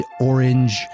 orange